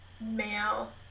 male